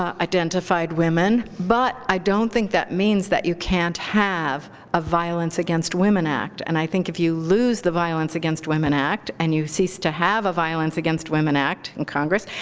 identified women. but i don't think that means that you can't have a violence against women act. and i think if you lose the violence against women act, and you cease to have a violence against women act in congress,